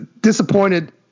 disappointed